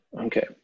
Okay